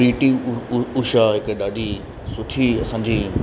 P T Usha हिकु ॾाढी सुठी असांजी